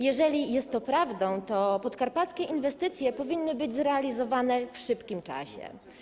Jeżeli jest to prawdą, to podkarpackie inwestycje powinny być zrealizowane w szybkim czasie.